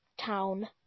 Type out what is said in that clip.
Town